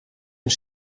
een